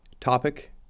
topic